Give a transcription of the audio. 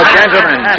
gentlemen